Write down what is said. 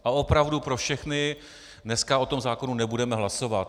A opravdu pro všechny dneska o tom zákonu nebudeme hlasovat.